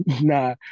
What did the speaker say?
Nah